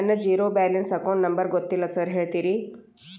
ನನ್ನ zero balance account number ಗೊತ್ತಿಲ್ಲ sir ಹೇಳ್ತೇರಿ?